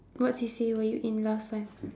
what C_C_A were you in last time